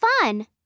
fun